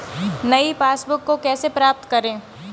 नई पासबुक को कैसे प्राप्त करें?